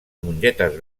mongetes